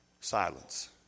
Silence